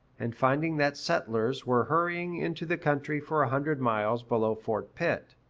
and finding that settlers were hurrying into the country for a hundred miles below fort pitt.